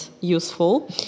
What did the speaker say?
useful